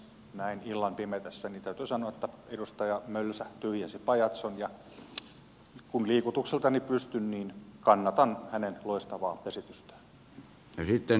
näin illan pimetessä täytyy sanoa että edustaja mölsä tyhjensi pajatson ja kun liikutukseltani pystyn kannatan hänen loistavaa esitystään